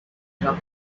for